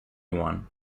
one